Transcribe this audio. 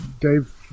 Dave